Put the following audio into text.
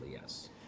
Yes